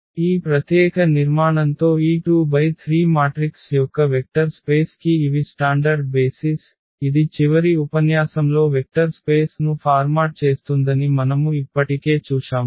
ఈ ప్రత్యేక నిర్మాణంతో ఈ 2×3 మాట్రిక్స్ యొక్క వెక్టర్ స్పేస్ కి ఇవి స్టాండర్డ్ బేసిస్ ఇది చివరి ఉపన్యాసంలో వెక్టర్ స్పేస్ ను ఫార్మాట్ చేస్తుందని మనము ఇప్పటికే చూశాము